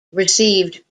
received